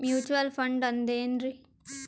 Mutual fund ಅಂದ್ರೆನ್ರಿ?